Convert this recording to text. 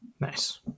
Nice